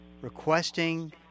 requesting